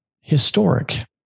historic